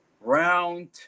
round